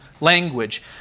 language